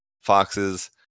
foxes